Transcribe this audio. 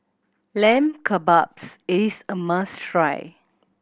Lamb Kebabs is a must try